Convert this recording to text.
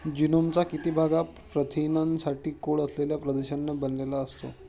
जीनोमचा किती भाग हा प्रथिनांसाठी कोड असलेल्या प्रदेशांनी बनलेला असतो?